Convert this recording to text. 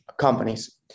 companies